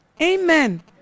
Amen